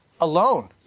alone